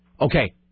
Okay